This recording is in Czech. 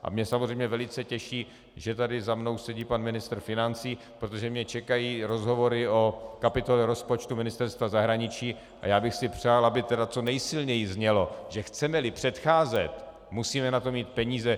A mě samozřejmě velice těší, že za mnou sedí pan ministr financí, protože mě čekají rozhovory o kapitole rozpočtu Ministerstva zahraničí a já bych si přál, aby co nejsilněji znělo, že chcemeli předcházet, musíme na to mít peníze.